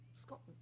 Scotland